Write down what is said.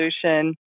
solution